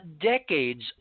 decades